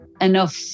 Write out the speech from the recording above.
enough